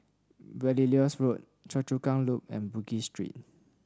Belilios Road Choa Chu Kang Loop and Bugis Street